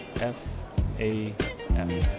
F-A-M